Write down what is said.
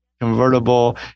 convertible